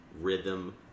rhythm